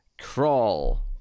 crawl